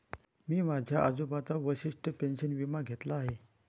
मी माझ्या आजोबांचा वशिष्ठ पेन्शन विमा घेतला आहे